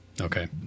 Okay